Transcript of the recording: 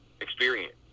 experience